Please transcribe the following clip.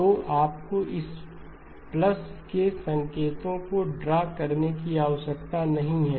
तो आपको इस प्लस के संकेतों को ड्रा करने की आवश्यकता नहीं है